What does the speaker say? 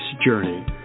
journey